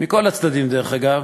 מכל הצדדים, דרך אגב,